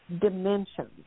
dimensions